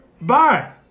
Bye